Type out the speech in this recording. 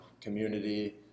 community